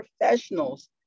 professionals